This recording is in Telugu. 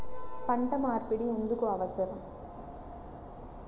పంట మార్పిడి ఎందుకు అవసరం?